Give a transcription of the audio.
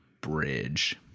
bridge